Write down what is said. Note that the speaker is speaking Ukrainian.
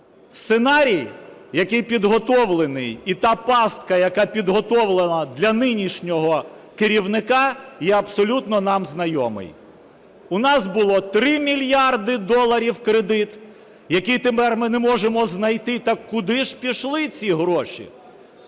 Сценарій, який підготовлений і та пастка, яка підготовлена для нинішнього керівника, є абсолютно нам знайомий. У нас було 3 мільярди доларів кредиту, який тепер ми не можемо знайти. Так куди ж пішли ці гроші?